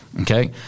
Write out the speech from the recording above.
okay